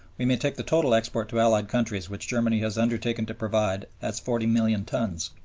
we may take the total export to allied countries which germany has undertaken to provide as forty million tons,